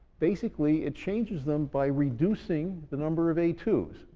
basically it changes them by reducing the number of a two s.